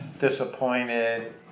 disappointed